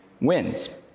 wins